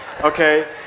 okay